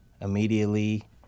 immediately